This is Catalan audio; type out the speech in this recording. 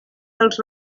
dels